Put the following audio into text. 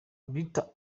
rita